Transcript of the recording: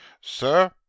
sir